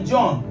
John